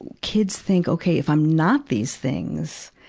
kids think, okay, if i'm not these things,